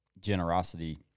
generosity